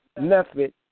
method